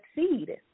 succeed